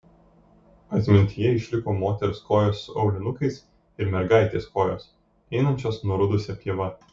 atmintyje išliko moters kojos su aulinukais ir mergaitės kojos einančios nurudusia pieva